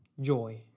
joy